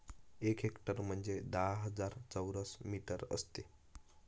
एक हेक्टर म्हणजे दहा हजार चौरस मीटर असते